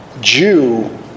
Jew